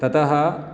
ततः